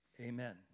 Amen